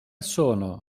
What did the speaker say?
sono